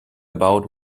about